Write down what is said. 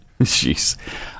Jeez